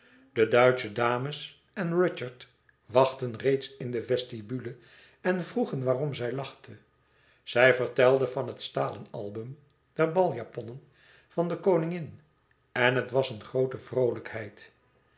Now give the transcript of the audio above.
de duitsche dames en rudyard wachtten reeds in de vestibule en vroegen waarom zij lachte zij vertelde van den stalenalbum der baljaponnen van de koningin en het was een groote vroolijkheid